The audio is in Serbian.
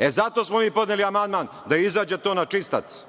Zato smo i podneli amandman da izađe to na čistac.